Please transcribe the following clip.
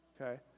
okay